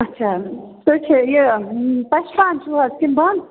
اَچھا تُہۍ کھیٚیِو یہِ پَشپان چھُو حظ کِنہٕ بنٛد